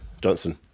Johnson